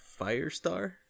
Firestar